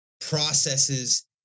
processes